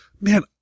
man